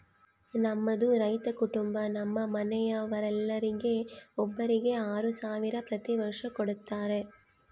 ನಮ್ಮದು ರೈತ ಕುಟುಂಬ ನಮ್ಮ ಮನೆಯವರೆಲ್ಲರಿಗೆ ಒಬ್ಬರಿಗೆ ಆರು ಸಾವಿರ ಪ್ರತಿ ವರ್ಷ ಕೊಡತ್ತಾರೆ